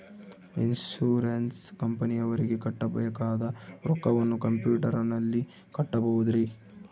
Insurance ಕಂಪನಿಯವರಿಗೆ ಕಟ್ಟಬೇಕಾದ ರೊಕ್ಕವನ್ನು ಕಂಪ್ಯೂಟರನಲ್ಲಿ ಕಟ್ಟಬಹುದ್ರಿ?